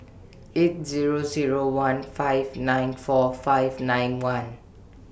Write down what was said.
eight Zero Zero one five nine four five nine one